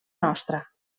nostra